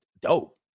dope